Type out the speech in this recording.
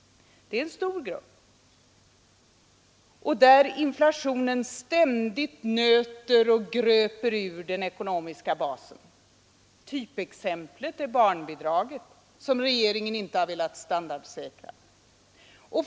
Det är en stor grupp, där inflationen ständigt nöter och gröper ur den ekonomiska basen. Typexemplet är barnbidraget, som regeringen inte velat standardsäkra.